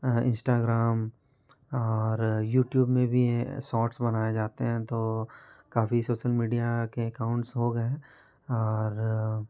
Instagram और YouTube में भी ए सॉट्स बनाए जाते हैं तो काफ़ी सोसल मीडिया के एकाउंट्स हो गए और